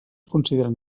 consideren